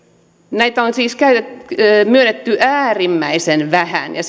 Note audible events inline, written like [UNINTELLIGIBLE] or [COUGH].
näitä on siis myönnetty äärimmäisen vähän ja [UNINTELLIGIBLE]